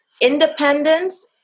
independence